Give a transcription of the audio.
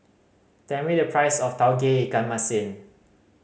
tell me the price of Tauge Ikan Masin